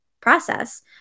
process